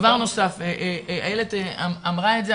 דבר נוסף, איילת דיברה על החוקים שלי.